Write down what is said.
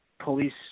police